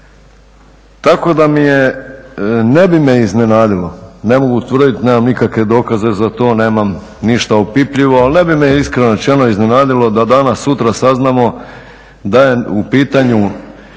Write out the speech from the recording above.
tako da me ne bi iznenadilo, ne mogu tvrditi nemam nikakve dokaze za to, nemam ništa opipljivo ali ne bi me iskreno rečeno iznenadilo da danas sutra saznamo da je u pitanju